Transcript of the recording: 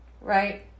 right